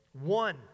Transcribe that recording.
One